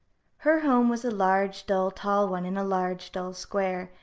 her home was a large, dull, tall one, in a large, dull square,